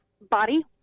Body